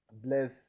bless